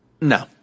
No